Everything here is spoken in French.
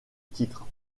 titre